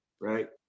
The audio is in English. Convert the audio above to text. Right